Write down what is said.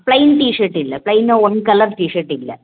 plain t shirt இல்லை ப்ளைனா one colour t shirt இல்லை